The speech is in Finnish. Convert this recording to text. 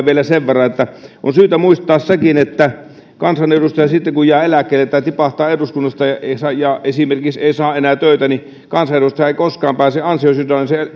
vielä on syytä muistaa sekin että sitten kun kansanedustaja jää eläkkeelle tai tipahtaa eduskunnasta ja esimerkiksi ei saa enää töitä niin kansanedustajahan ei koskaan pääse ansiosidonnaiselle